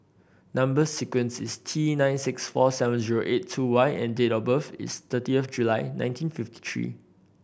number sequence is T nine six four seven zero eight two Y and date of birth is thirty of July nineteen fifty three